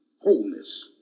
wholeness